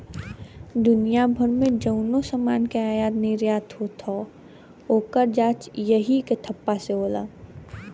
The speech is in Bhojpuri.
दुनिया भर मे जउनो समान के आयात निर्याट होत हौ, ओकर जांच यही के ठप्पा से होला